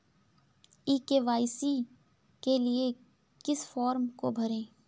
ई KYC के लिए किस फ्रॉम को भरें?